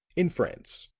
in france.